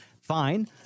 fine